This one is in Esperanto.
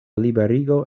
liberigo